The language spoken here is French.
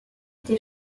été